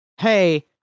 Hey